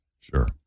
Sure